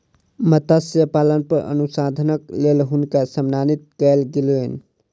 मत्स्य पालन पर अनुसंधानक लेल हुनका सम्मानित कयल गेलैन